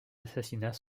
assassinats